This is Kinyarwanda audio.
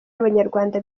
abanyarwanda